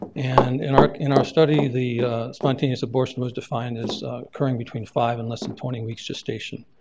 and in our in our study, the spontaneous abortion was defined as occurring between five and less than twenty weeks gestation.